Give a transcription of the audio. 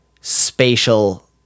spatial